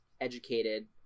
educated